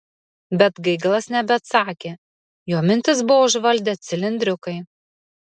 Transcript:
bet gaigalas nebeatsakė jo mintis buvo užvaldę cilindriukai